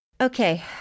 Okay